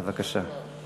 בבקשה.